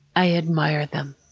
i admire them.